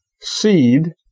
seed